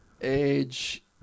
age